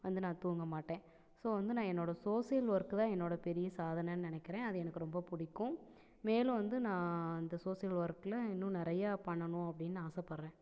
வந்து நான் தூங்கமாட்டேன் ஸோ வந்து நான் என்னோடய சோசியல் ஒர்க் தான் என்னோடய பெரிய சாதனைன்னு நினைக்கிறேன் அது எனக்கு ரொம்ப பிடிக்கும் மேலும் வந்து நான் அந்த சோசியல் ஒர்க்கில் இன்னும் நிறையா பண்ணணும் அப்படின்னு நான் ஆசைப்பட்றேன்